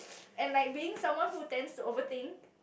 and like being someone who tends to over think